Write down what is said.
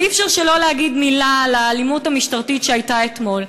ואי-אפשר שלא להגיד מילה על האלימות המשטרתית שהייתה אתמול.